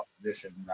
opposition